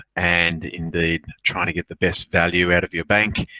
and, indeed, trying to get the best value out of your bank.